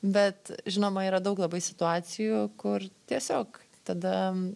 bet žinoma yra daug labai situacijų kur tiesiog tada